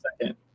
second